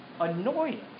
annoying